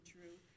True